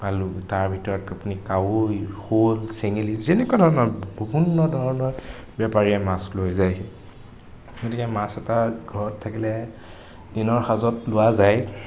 পালোঁ তাৰ ভিতৰত আপুনি কাৱৈ শ'ল চেঙেলী যেনেকুৱা ধৰণৰ বিভিন্ন ধৰণৰ বেপাৰীয়ে মাছ লৈ যায় গতিকে মাছ এটা ঘৰত থাকিলে দিনৰ সাঁজত লোৱা যায়